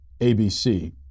ABC